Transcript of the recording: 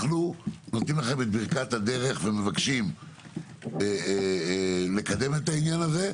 אנחנו נותנים לכם את ברכת הדרך ומבקשים לקדם את העניין הזה,